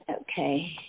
Okay